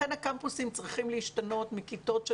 לכן הקמפוסים צריכים להשתנות מכיתות של